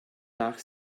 nach